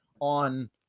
on